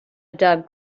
doug